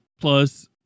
plus